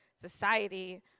society